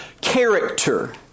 character